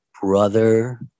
brother